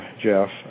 Jeff